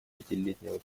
пятилетнего